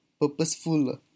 purposeful